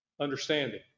understanding